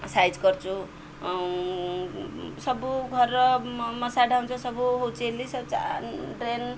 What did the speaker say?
size କରଛୁ ସବୁ ଘରର ମଶା ଡାଉଁଶ ସବୁ ହେଉଛି ବେଲି ସୁ ଡ୍ରେନ